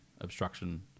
obstruction